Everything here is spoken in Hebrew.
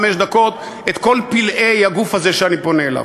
חמש דקות את כל פלאי הגוף הזה שאני פונה אליו.